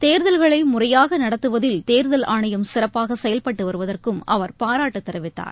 தேர்தல்களை முறையாக நடத்துவதில் தேர்தல் ஆணையம் சிறப்பாக செயல்பட்டு வருவதற்கும் அவர் பாராட்டுத் தெரிவித்தார்